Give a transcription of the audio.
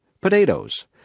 potatoes